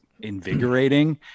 invigorating